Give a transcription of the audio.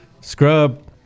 Scrub